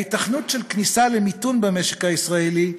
ההיתכנות של כניסה למיתון במשק הישראלי,